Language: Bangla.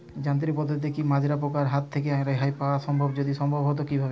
যান্ত্রিক পদ্ধতিতে কী মাজরা পোকার হাত থেকে রেহাই পাওয়া সম্ভব যদি সম্ভব তো কী ভাবে?